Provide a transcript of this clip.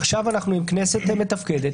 עכשיו אנחנו עם כנסת מתפקדת,